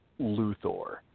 Luthor